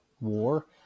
war